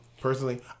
Personally